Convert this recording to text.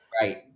right